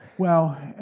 well,